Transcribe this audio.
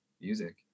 music